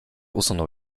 usunął